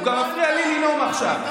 הוא גם מפריע לי לנאום עכשיו.